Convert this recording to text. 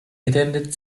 attended